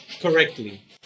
Correctly